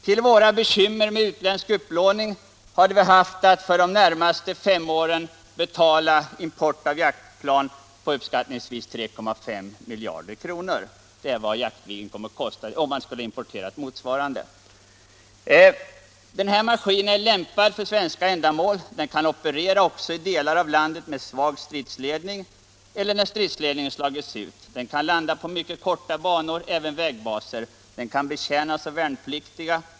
Till våra bekymmer med utländsk upplåning hade kommit att för de närmaste fem åren betala import av jaktplan utifrån för uppskattningsvis 3,5 miljarder kronor. Det är vad det skulle kosta om man importerade ett flygplan motsvarande Jaktviggen. Jaktviggen är lämpad för svenska ändamål. Den kan operera också i delar av landet med svag stridsledning eller när stridsledningen slagits ut. Den kan landa på mycket korta banor, även vägbaser. Den kan betjänas av värnpliktiga.